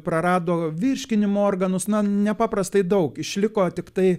prarado virškinimo organus nepaprastai daug išliko tiktai